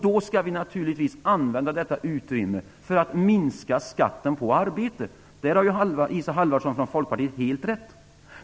Vi skall naturligtvis använda detta utrymme för att minska skatten på arbete. Det har folkpartisten Isa Halvarsson helt rätt i.